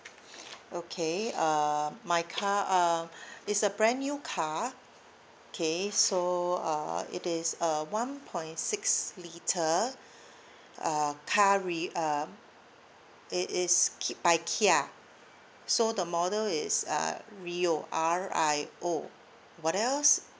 okay uh my car uh it's a brand new car okay so uh it is a one point six litre uh car ria~ it is uh by kia so the model is rio R I O uh what else